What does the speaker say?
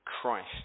Christ